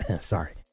Sorry